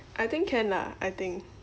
I think can lah I think